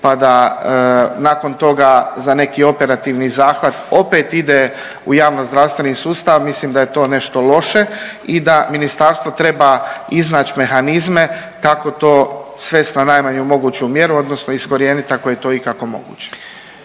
pa da nakon toga za neki operativni zahvat opet ide u javnozdravstveni sustav mislim da je to nešto loše i da ministarstvo treba iznaći mehanizme kako to svest na najmanju moguću mjeru odnosno iskorijenit ako je to ikako moguće.